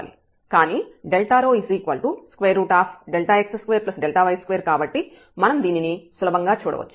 కానీ ρ x2y2 కాబట్టి మనం దీనిని సులభంగా చూడవచ్చు